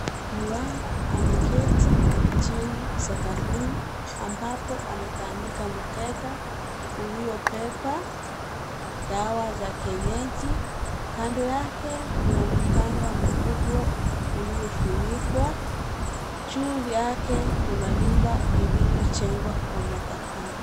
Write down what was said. Mganga ameketi chini sakafuni ambapo ametandika mkeka uliobeba dawa za kienyeji. Kando yake kuna mganga mkubwa uliofunikwa. Juu yake kuna nyumba iliyojengwa kwa matofali.